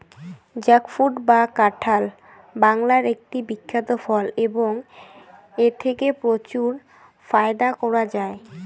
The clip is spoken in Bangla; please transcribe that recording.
জ্যাকফ্রুট বা কাঁঠাল বাংলার একটি বিখ্যাত ফল এবং এথেকে প্রচুর ফায়দা করা য়ায়